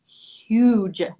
huge